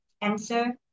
answer